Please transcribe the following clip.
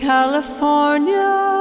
California